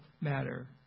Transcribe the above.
matter